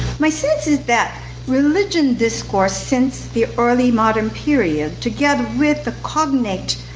my sense is that religion discourse since the early modern period, together with the cognate,